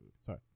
sorry